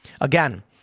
Again